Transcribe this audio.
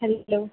hello